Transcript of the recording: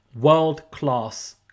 world-class